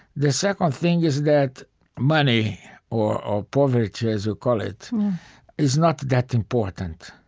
the second thing is that money or poverty, as you call it is not that important.